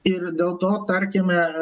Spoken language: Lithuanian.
ir dėl to tarkime